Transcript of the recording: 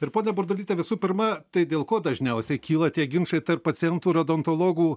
ir ponia burdulyte visų pirma tai dėl ko dažniausiai kyla tie ginčai tarp pacientų ir odontologų